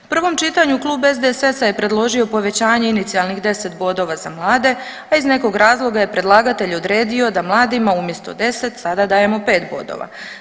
U prvom čitanju Klub SDSS-a je predložio povećanje inicijalnih 10 bodova za mlade, a iz nekog razloga je predlagatelj odredio da mladima umjesto 10 sada dajemo 5 bodova.